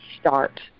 start